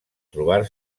trobar